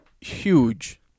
Huge